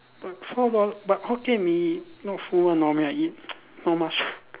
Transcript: but four dol~ but Hokkien-Mee not full one normally I eat not much